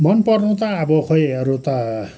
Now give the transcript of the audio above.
मन पर्नु त अब खोइ अरू त